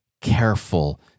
careful